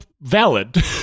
valid